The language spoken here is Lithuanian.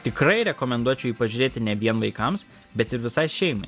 tikrai rekomenduočiau jį pažiūrėti ne vien vaikams bet ir visai šeimai